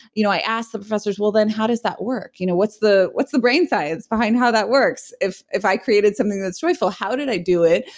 you know i asked the professors, well, then how does that work? you know what's the what's the brain science behind how that works? if if i created something that's joyful, how did i do it?